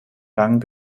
rang